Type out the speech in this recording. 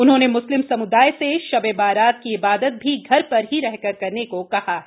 उव्होंने मुस्लिम समुदाय से शबे बारात की इबादत भी घर प्र ही रहकर करने को कहा है